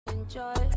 Enjoy